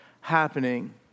happening